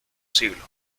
siglo